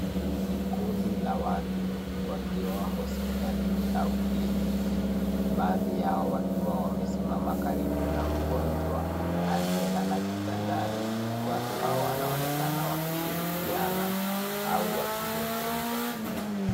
Ni kundi la watu wakiwa hospitalini au kliniki, baadhi yao wakiwa wamesimama karibu na mgonjwa alielala kitandani, watu hawa wanaonekana wakishirikiana au wakizungumza.